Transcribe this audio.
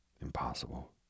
impossible